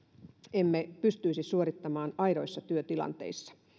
emme pystyisi suorittamaan aidoissa työtilanteissa